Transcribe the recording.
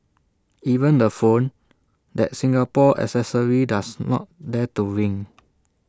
even the phone that Singapore accessory does not dare to ring